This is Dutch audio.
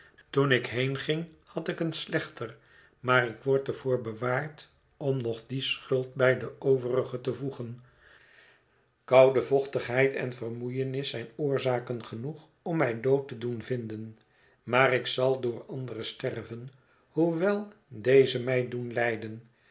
toen ik heenging had ik een slechter maar ik word er voor bewaard om nog die schuld bij de overige te voegen koude vochtigheid en vermoeienis zijn oorzaken genoeg om mij dood te doen vinden maar ik zal door andere sterven hoewel deze mij doen lijden